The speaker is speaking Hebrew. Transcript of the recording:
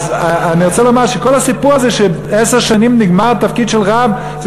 אני רוצה לומר שכל הסיפור הזה שתפקיד של רב נגמר אחרי עשר שנים,